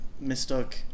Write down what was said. mistook